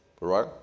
right